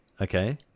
Okay